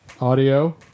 audio